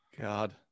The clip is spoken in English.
god